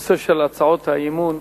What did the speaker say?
הנושא של הצעות האי-אמון,